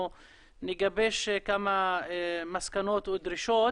אנחנו נגבש כמה מסקנות או דרישות